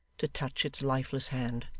to touch its lifeless hand.